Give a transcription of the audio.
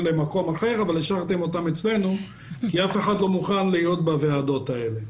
למקום אחר אבל הן נשארו אצלנו כי אף אחד לא מוכן להיות בוועדות האלה.